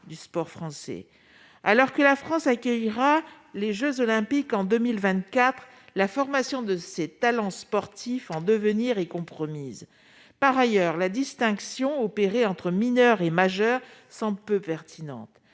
du sport français. Alors que la France accueillera les jeux Olympiques en 2024, la formation de ces talents sportifs en devenir est compromise. Par ailleurs, la distinction opérée entre mineurs et majeurs semble peu pertinente.